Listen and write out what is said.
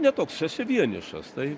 ne toks vienišas tai